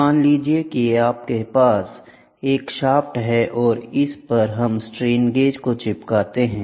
मान लीजिए आपके पास एक शाफ्ट है और इस पर हम स्ट्रेन गेज को चिपकाते हैं